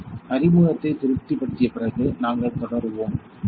Refer Time 1824 அறிமுகத்தைத் திருப்திப்படுத்திய பிறகு நாங்கள் தொடர்வோம் Refer Time 1835